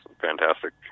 fantastic